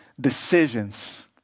decisions